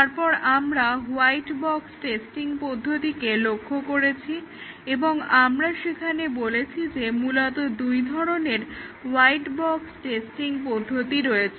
তারপর আমরা white box testing পদ্ধতিকে লক্ষ্য করেছি এবং আমরা সেখানে বলেছি যে মূলত দুই ধরণের হোয়াইট বক্স টেস্টিং পদ্ধতি রয়েছে